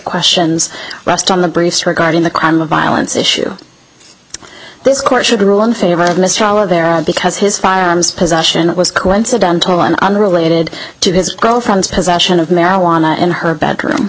questions asked on the briefs regarding the crime of violence issue this court should rule in favor of mistrial or there are because his firearms possession was coincidental and unrelated to his girlfriend's possession of marijuana in her bedroom